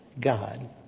God